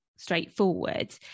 straightforward